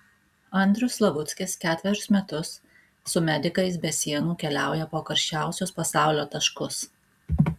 andrius slavuckis ketverius metus su medikais be sienų keliauja po karščiausius pasaulio taškus